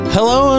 Hello